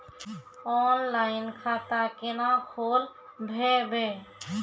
Online खाता केना खोलभैबै?